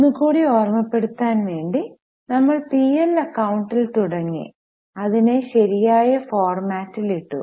ഒന്ന് കൂടി ഓര്മപെടുത്തുവാൻ വേണ്ടി നമ്മൾ പി എൽ അക്കൌണ്ടിൽ തുടങ്ങി അതിനെ ശരിയായ ഫോർമാറ്റിൽ ഇട്ടു